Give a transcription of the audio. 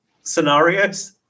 scenarios